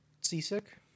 seasick